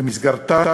שבמסגרתה